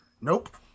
Nope